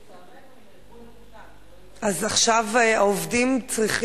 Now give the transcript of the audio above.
אז עכשיו העובדים צריכים,